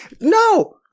No